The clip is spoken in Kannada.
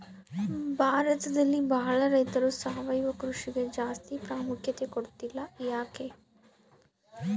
ಭಾರತದಲ್ಲಿ ಬಹಳ ರೈತರು ಸಾವಯವ ಕೃಷಿಗೆ ಜಾಸ್ತಿ ಪ್ರಾಮುಖ್ಯತೆ ಕೊಡ್ತಿಲ್ಲ ಯಾಕೆ?